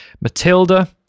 Matilda